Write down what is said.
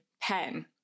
pen